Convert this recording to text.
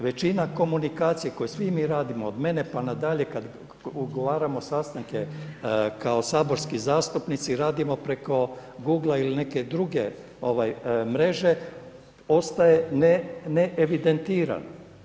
Većina komunikacije koju svi mi radimo od mene pa na dalje kad ugovaramo sastanke kao saborski zastupnici, radimo preko Google-a ili neke druge mreže, ostaje neevidentirano.